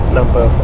number